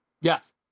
Yes